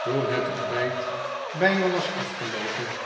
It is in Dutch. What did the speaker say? toen het ontbijt bijna was afgeloopen